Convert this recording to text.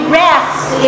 rest